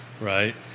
right